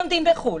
לומדים בחו"ל,